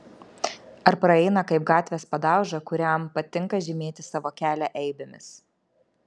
ar praeina kaip gatvės padauža kuriam patinka žymėti savo kelią eibėmis